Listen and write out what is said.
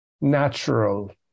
natural